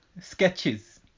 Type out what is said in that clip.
sketches